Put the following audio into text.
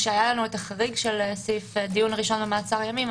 כשהיה לנו החריג של סעיף דיון ראשון במעצר ימים,